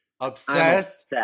Obsessed